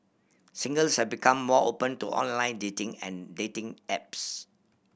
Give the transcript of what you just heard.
singles have become more open to online dating and dating apps